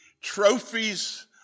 trophies